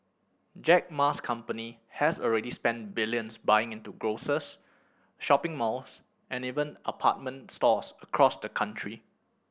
Jack Ma's company has already spent billions buying into grocers shopping malls and even apartment stores across the country